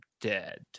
dead